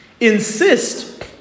Insist